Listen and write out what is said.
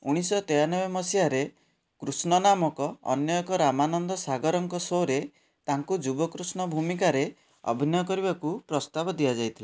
ଉଣେଇଶି ଶହ ତେୟାଲବେ ମସିହାରେ କୃଷ୍ଣ ନାମକ ଅନ୍ୟ ଏକ ରାମାନନ୍ଦ ସାଗରଙ୍କ ଶୋରେ ତାଙ୍କୁ ଯୁବ କୃଷ୍ଣ ଭୂମିକାରେ ଅଭିନୟ କରିବାକୁ ପ୍ରସ୍ତାବ ଦିଆଯାଇଥିଲା